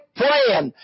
praying